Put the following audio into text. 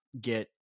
get